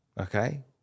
okay